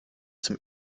zum